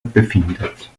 befindet